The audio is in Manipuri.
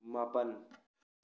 ꯃꯥꯄꯜ